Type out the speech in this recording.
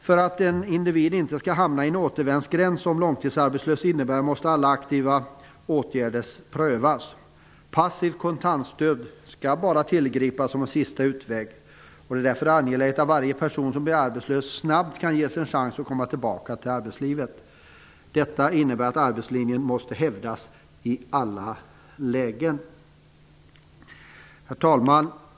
För att en individ inte skall hamna i den återvändsgränd som långtidsarbetslöshet innebär måste alla aktiva åtgärder prövas. Passivt kontantstöd skall bara tillgripas som en sista utväg. Det är därför angeläget att varje person som blir arbetslös snabbt kan ges en chans att komma tillbaka till arbetslivet. Detta innebär att arbetslinjen måste hävdas i alla lägen. Herr talman!